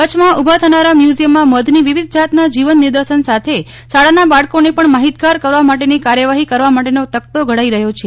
કચ્છમાં ઉભા થનારા મ્યુઝિથમમાં મધની વિવિધ જાતના જિવંત નિદર્શન સાથે શાળાના બાળકોને પણ માફિતગાર કરવા માટેની કાર્યવાફી કરવા માટેનો તખ્તો ઘડાઇ રહ્યો છે